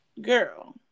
girl